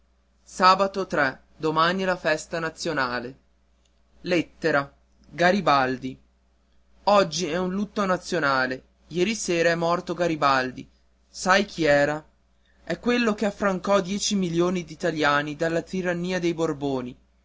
sabato domani è la festa nazionale oggi è un lutto nazionale ieri sera è morto garibaldi sai chi era è quello che affrancò dieci milioni d'italiani dalla tirannia dei borboni